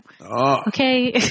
Okay